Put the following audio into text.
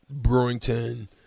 Brewington